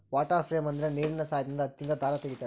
water frame ಅಂದ್ರೆ ನೀರಿನ ಸಹಾಯದಿಂದ ಹತ್ತಿಯಿಂದ ದಾರ ತಗಿತಾರ